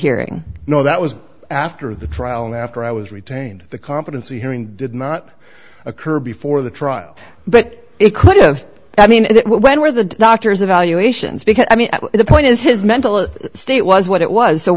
hearing no that was after the trial and after i was retained the competency hearing did not occur before the trial but it could have i mean when were the doctor's evaluations because i mean the point is his mental state was what it was so